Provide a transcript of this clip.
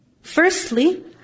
Firstly